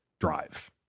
drive